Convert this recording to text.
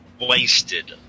Wasted